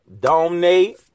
donate